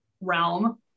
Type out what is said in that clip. realm